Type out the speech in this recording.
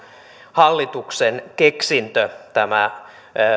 hallituksen keksintö tämä